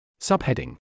Subheading